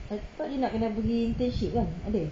I thought you nak kena pergi internship kan ada